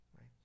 right